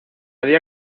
día